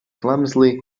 clumsily